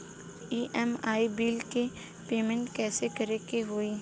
EMI bill के payment कइसे करे के होई?